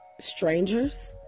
strangers